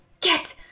Get